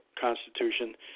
Constitution